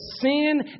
sin